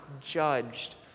judged